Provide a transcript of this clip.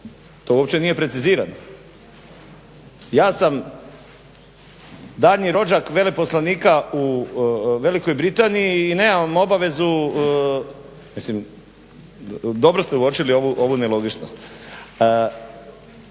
To uopće nije precizirano. Ja sam daljnji rođak veleposlanika u Velikoj Britaniji i nemam obavezu, mislim dobro ste uočili ovu nelogičnost.